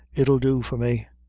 it'll do for me.